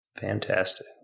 Fantastic